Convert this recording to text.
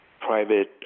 private